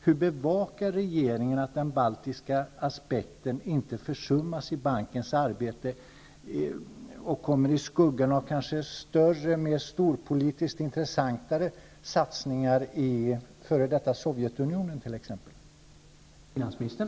Hur bevakar regeringen att den baltiska aspekten inte försummas i bankens arbete och kommer i skuggan av större kanske storpolitiskt mer intressanta satsningar i t.ex. f.d. Sovjetunionen?